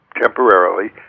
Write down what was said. temporarily